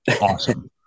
Awesome